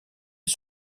est